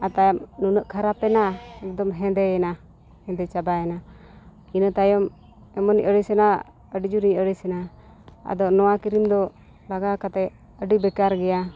ᱟᱨ ᱛᱟᱭᱚᱢ ᱱᱩᱱᱟᱹᱜ ᱠᱷᱟᱨᱟᱯ ᱮᱱᱟ ᱮᱹᱠᱫᱚᱢ ᱦᱮᱸᱫᱭᱮᱱᱟ ᱦᱮᱸᱫᱮ ᱪᱟᱵᱟᱭᱮᱱᱟ ᱤᱱᱟᱹ ᱛᱟᱭᱚᱢ ᱮᱢᱚᱱᱤᱧ ᱟᱹᱲᱤᱥᱮᱱᱟ ᱟᱹᱰᱤ ᱡᱳᱨᱤᱧ ᱟᱹᱲᱤᱥᱮᱱᱟ ᱟᱫᱚ ᱱᱚᱣᱟ ᱠᱨᱤᱢ ᱫᱚ ᱞᱟᱜᱟᱣ ᱠᱟᱛᱮ ᱟᱹᱰᱤ ᱵᱮᱠᱟᱨ ᱜᱮᱭᱟ